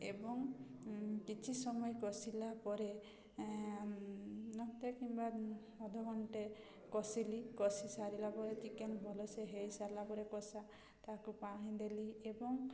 ଏବଂ କିଛି ସମୟ କଷିଲା ପରେ ଘଣ୍ଟେ କିମ୍ବା ଅଧଘଣ୍ଟେ କଷିଲି କଷି ସାରିଲା ପରେ ଚିକେନ୍ ଭଲସେ ହୋଇସାରିଲା ପରେ କଷା ତାକୁ ପାଣି ଦେଲି ଏବଂ